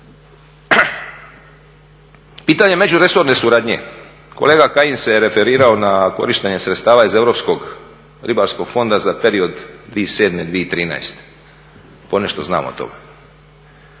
Pitanje međuresorne suradnje, kolega Kajin se referirao na korištenje sredstava iz europskog ribarskog fonda za period 2007. – 2013., ponešto znam od toga.